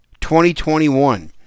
2021